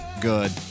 good